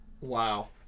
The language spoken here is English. Wow